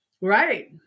Right